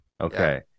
okay